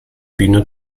bühne